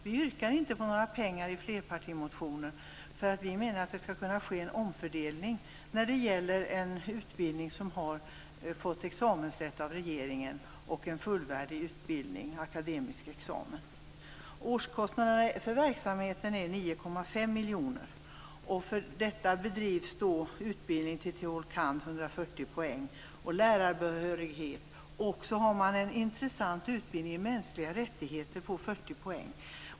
Vi yrkar inte på några pengar i flerpartimotionen, för vi menar att det skall kunna ske en omfördelning när det gäller en utbildning som fått examensrätt av regeringen, en fullvärdig utbildning med akademisk examen. Årskostnaderna för verksamheten är 9,5 miljoner. För detta bedrivs utbildning för teol. kand., 140 poäng, och lärarbehörighet. Så har man en intressant utbildning i mänskliga rättigheter på 40 poäng.